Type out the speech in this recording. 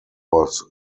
was